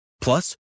Plus